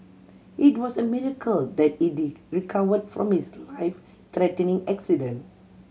it was a miracle that he recovered from his life threatening accident